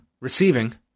receiving